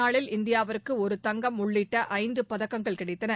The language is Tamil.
நாளில் இந்தியாவுக்கு ஒரு தங்கம் உள்ளிட்ட ஐந்து பதக்கங்கள் கிடைத்தன